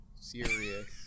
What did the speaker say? serious